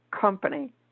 company